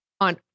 on